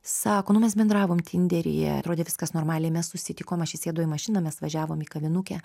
sako nu mes bendravom tinderyje atrodė viskas normaliai mes susitikom aš įsėdau į mašiną mes važiavom į kavinukę